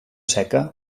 seca